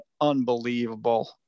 unbelievable